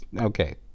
Okay